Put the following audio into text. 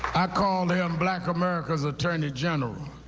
i call him black america's attorney general.